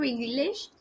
English